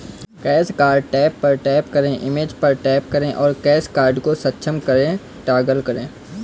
cash card tab पर tap करें, image पर टैप करें और कैश कार्ड को सक्षम करें टॉगल करें